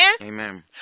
Amen